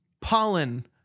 pollen